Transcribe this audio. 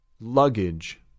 Luggage